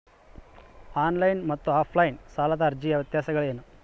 On line ಮತ್ತು offline ಸಾಲದ ಅರ್ಜಿಯ ವ್ಯತ್ಯಾಸಗಳೇನು?